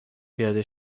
پیاده